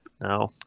No